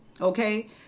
Okay